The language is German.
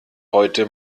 heute